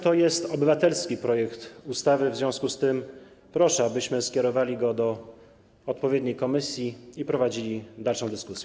To jest obywatelski projekt ustawy, w związku z czym proszę, abyśmy skierowali go do odpowiedniej komisji i prowadzili dalszą dyskusję.